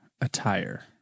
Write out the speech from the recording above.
attire